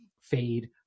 fade